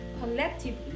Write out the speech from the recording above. collectively